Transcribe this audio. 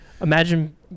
imagine